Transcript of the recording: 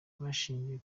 bashingiye